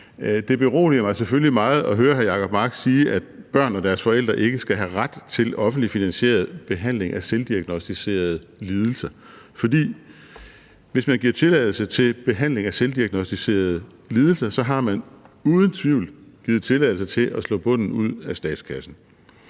Det beroliger mig selvfølgelig meget at høre hr. Jacob Mark sige, at børn og deres forældre ikke skal have ret til offentligt finansieret behandling af selvdiagnosticerede lidelser, for hvis man giver tilladelse til behandling af selvdiagnosticerede lidelser, har man uden tvivl givet tilladelse til at slå bunden ud af statskassen.